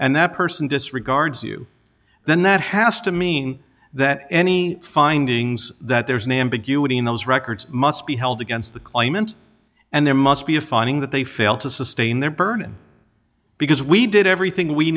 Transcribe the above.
and that person disregards you then that has to mean that any findings that there is an ambiguity in those records must be held against the claimant and there must be a finding that they failed to sustain their burden because we did everything we